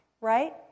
right